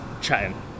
chatting